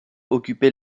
occupait